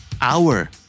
hour